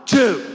two